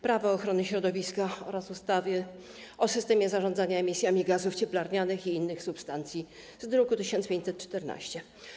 Prawo ochrony środowiska oraz ustawy o systemie zarządzania emisjami gazów cieplarnianych i innych substancji z druku nr 1514.